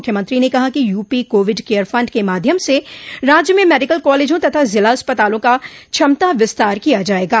मुख्यमंत्री ने कहा कि यूपी कोविड केयर फंड के माध्यम से राज्य में मेडिकल कॉलेजों तथा जिला अस्पतालों का क्षमता विस्तार किया जायेगा